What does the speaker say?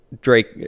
Drake